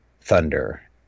thunder